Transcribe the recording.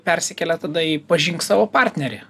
persikelia tada į pažink savo partnerį